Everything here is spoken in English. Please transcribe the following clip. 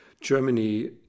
Germany